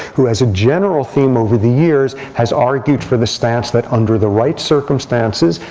who as a general theme over the years has argued for the stance that under the right circumstances,